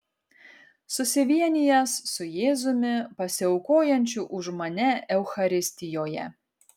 susivienijęs su jėzumi pasiaukojančiu už mane eucharistijoje